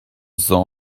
saw